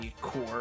core